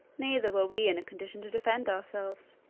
neither were we in a condition to defend ourselves.